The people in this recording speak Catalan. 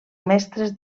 mestres